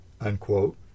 unquote